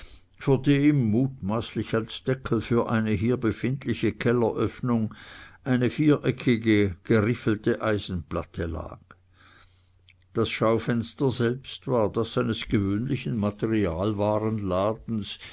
vor dem mutmaßlich als deckel für eine hier befindliche kelleröffnung eine viereckige geriffelte eisenplatte lag das schaufenster selbst war das eines gewöhnlichen